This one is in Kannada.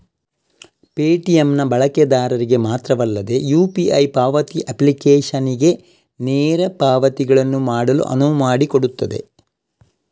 ಪೇಟಿಎಮ್ ನ ಬಳಕೆದಾರರಿಗೆ ಮಾತ್ರವಲ್ಲದೆ ಯು.ಪಿ.ಐ ಪಾವತಿ ಅಪ್ಲಿಕೇಶನಿಗೆ ನೇರ ಪಾವತಿಗಳನ್ನು ಮಾಡಲು ಅನುವು ಮಾಡಿಕೊಡುತ್ತದೆ